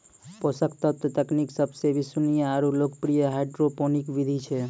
पोषक तत्व तकनीक सबसे विश्वसनीय आरु लोकप्रिय हाइड्रोपोनिक विधि छै